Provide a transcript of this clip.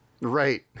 Right